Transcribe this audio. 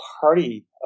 party